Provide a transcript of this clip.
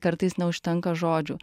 kartais neužtenka žodžių